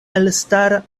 elstara